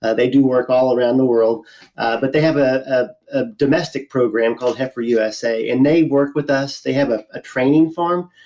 ah they do work all around the world but they have a ah a domestic program called heifer usa and they work with us, they have a a training farm,